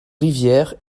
rivière